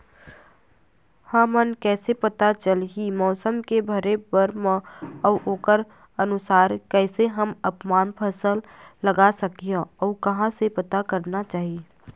हमन कैसे पता चलही मौसम के भरे बर मा अउ ओकर अनुसार कैसे हम आपमन फसल लगा सकही अउ कहां से पता करना चाही?